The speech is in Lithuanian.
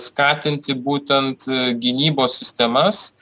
skatinti būtent gynybos sistemas